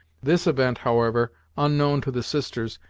this event, however, unknown to the sisters,